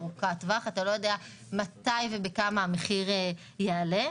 אתה לא יודע מתי ובכמה המחיר יעלה.